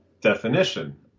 definition